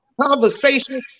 Conversation